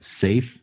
safe